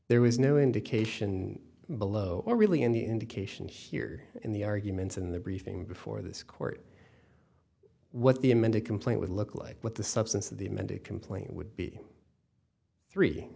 there was no indication below or really any indication here in the arguments in the briefing before this court what the amended complaint would look like what the substance of the amended complaint would be three